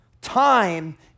Time